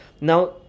Now